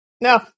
No